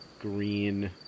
green